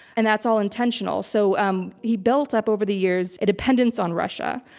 and that's all intentional. so, um he built up, over the years, a dependence on russia.